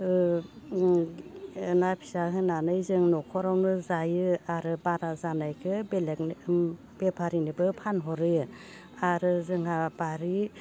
ओ उम ना फिसा होनानै जों न'खरावनो जायो आरो बारा जानायखो बेलेगनो बेफारिनोबो फानहरो आरो जोंहा बारि